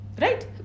right